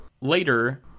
Later